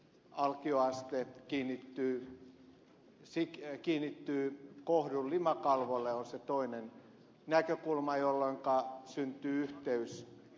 hedelmöittyneestä munasolusta kehittynyt alkioaste kiinnittyy kohdun limakalvoille on se toinen näkökulma limakalvolle jolloinka syntyy yhteys